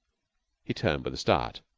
he turned with a start.